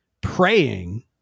praying